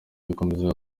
bakomezaga